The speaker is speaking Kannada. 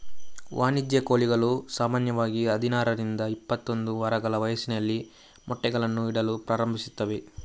ವಾಣಿಜ್ಯ ಕೋಳಿಗಳು ಸಾಮಾನ್ಯವಾಗಿ ಹದಿನಾರರಿಂದ ಇಪ್ಪತ್ತೊಂದು ವಾರಗಳ ವಯಸ್ಸಿನಲ್ಲಿ ಮೊಟ್ಟೆಗಳನ್ನು ಇಡಲು ಪ್ರಾರಂಭಿಸುತ್ತವೆ